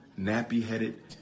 nappy-headed